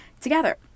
together